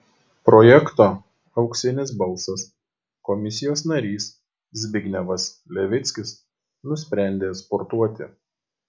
projekto auksinis balsas komisijos narys zbignevas levickis nusprendė sportuoti